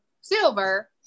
silver